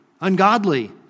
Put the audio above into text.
ungodly